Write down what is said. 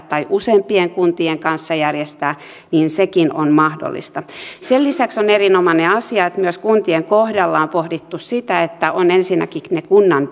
tai useampien kuntien kanssa järjestää niin sekin on mahdollista sen lisäksi on erinomainen asia että myös kuntien kohdalla on pohdittu sitä että on ensinnäkin ne kunnan